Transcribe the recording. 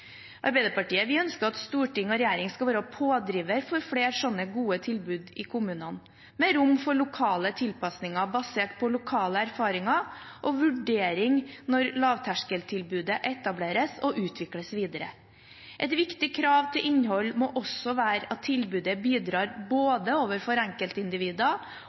Arbeiderpartiet ønsker at storting og regjering skal være pådrivere for flere slike gode tilbud i kommunene, med rom for lokale tilpasninger basert på lokal erfaring og vurdering når lavterskeltilbudet etableres og utvikles videre. Et viktig krav til innhold må også være at tilbudet bidrar både overfor enkeltindivider